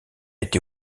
été